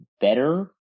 better